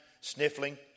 sniffling